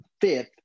fifth